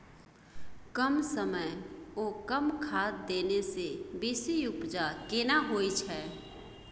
कम समय ओ कम खाद देने से बेसी उपजा केना होय छै?